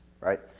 right